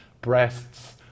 breasts